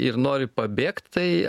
ir nori pabėgt tai